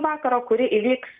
vakaro kuri įvyks